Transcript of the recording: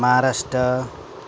Maharashtra